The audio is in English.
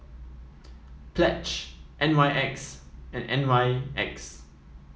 Pledge N Y X and N Y X